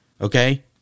Okay